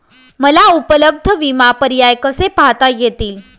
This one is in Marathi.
मला उपलब्ध विमा पर्याय कसे पाहता येतील?